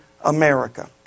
America